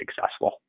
successful